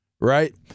right